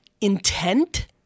intent